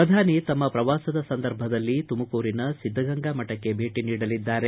ಪ್ರಧಾನಿ ತಮ್ಮ ಪ್ರವಾಸದ ಸಂದರ್ಭದಲ್ಲಿ ತುಮಕೂರಿನ ಸಿದ್ದಗಂಗಾ ಮಠಕ್ಕೆ ಭೇಟಿ ನೀಡಲಿದ್ದಾರೆ